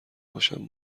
باشم